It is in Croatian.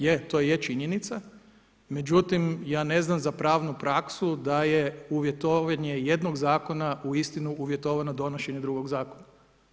Je to je činjenica, međutim, ja ne znam za pravnu praksu da je uvjetovanje jednog zakona, uistinu uvjetovano donošenje drugog zakona.